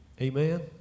Amen